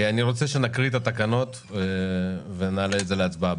אני רוצה שנקריא את התקנות ונעלה את זה להצבעה.